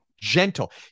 gentle